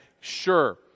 Sure